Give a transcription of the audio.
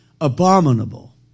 abominable